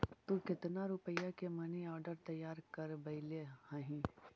तु केतन रुपया के मनी आर्डर तैयार करवैले हहिं?